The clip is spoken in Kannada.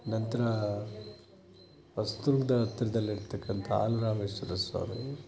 ನಂತರ ಹೊಸದುರ್ಗದ ಹತ್ರದಲ್ ಇರ್ತಕ್ಕಂಥ ಹಾಲ ರಾಮೇಶ್ವರ ಸ್ವಾಮಿ